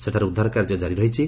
ସେଠାରେ ଉଦ୍ଧାର କାର୍ଯ୍ୟ କାରି ରହିଛି